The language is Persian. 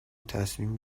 تصمیم